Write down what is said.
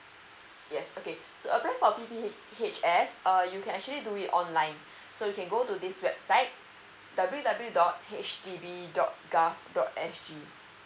yes okay so applying for p p h s uh you can actually do it online so you can go to this website w w w dot H D B dot garth dot s g